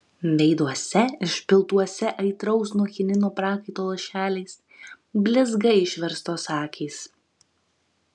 veiduose išpiltuose aitraus nuo chinino prakaito lašeliais blizga išverstos akys